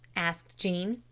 asked jean.